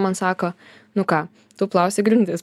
man sako nu ką tu plausi grindis